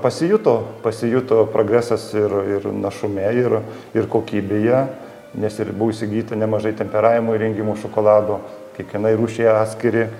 pasijuto pasijuto progresas ir ir našume ir ir kokybėje nes ir buvo įsigyta nemažai temperavimo įrengimų šokolado kiekvienai rūšiai atskiri